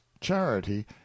charity